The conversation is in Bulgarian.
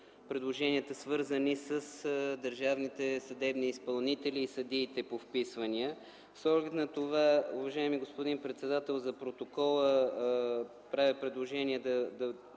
предложенията, свързани с държавните съдебни изпълнители и съдиите по вписвания. С оглед на това, уважаеми господин председател, за протокола – оттеглям моето предложение за